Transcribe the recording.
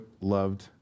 loved